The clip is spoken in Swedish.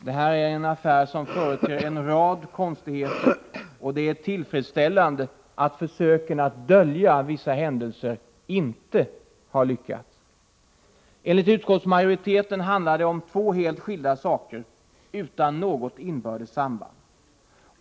Detta är en affär som företer en rad konstigheter, och det är tillfredsställande att försöken att dölja vissa händelser inte har - Nr 148 Lyckats NE Onsdagen den Enligt utskottsmajoriteten handlar det om två helt skilda saker utan något 22 maj 1985 inbördes samband.